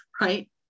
right